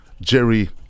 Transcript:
Jerry